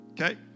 Okay